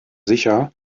sicher